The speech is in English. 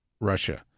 Russia